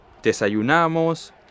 Desayunamos